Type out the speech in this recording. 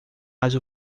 mas